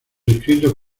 escritos